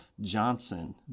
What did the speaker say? Johnson